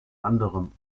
anderen